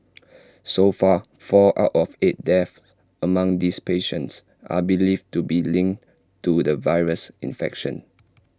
so far four out of eight deaths among these patients are believed to be linked to the virus infection